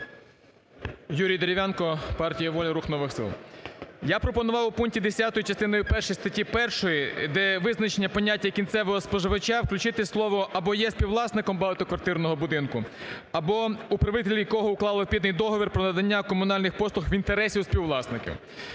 Юрій Дерев'янко, партія "Воля", "Рух нових сил". Я пропонував в пункті 10 частини першої статті 1, де визначено поняття "кінцевого споживача" в включити слово "або є співвласником багатоквартирного будинку", "або управителі якого уклали відповідний договір про надання комунальних послуг в інтересах співвласників".